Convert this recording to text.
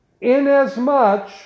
Inasmuch